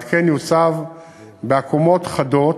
ההתקן יוצב בעקומות חדות,